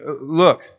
look